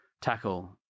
tackle